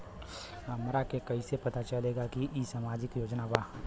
हमरा के कइसे पता चलेगा की इ सामाजिक योजना बा?